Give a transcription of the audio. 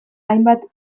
hainbat